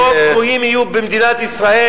כי רוב גויים יהיו במדינת ישראל.